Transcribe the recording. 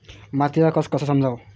मातीचा कस कसा समजाव?